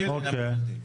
אוקיי.